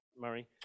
Murray